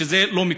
שזה לא מקובל.